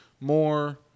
more